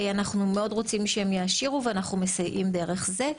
אנחנו מאוד רוצים שהם יעשירו ואנחנו מסייעים דרך זה.